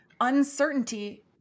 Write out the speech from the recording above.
uncertainty